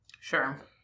Sure